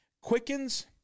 quickens